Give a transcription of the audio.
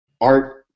art